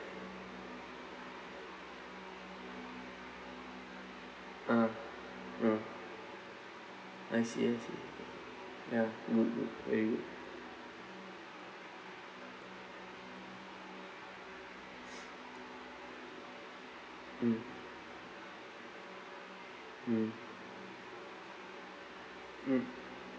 ah mm I see I see ya good good very good mm mm mm